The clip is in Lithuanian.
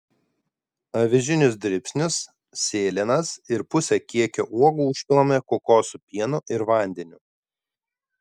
avižinius dribsnius sėlenas ir pusę kiekio uogų užpilame kokosų pienu ir vandeniu